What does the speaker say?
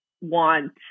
want